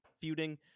feuding